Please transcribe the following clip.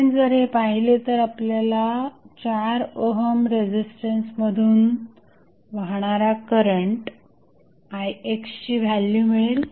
आपण जर हे पाहिले तर आपल्याला 4 ओहम रेझिस्टन्स मधून वाहणारा करंट ix ची व्हॅल्यू मिळेल